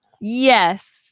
Yes